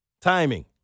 timing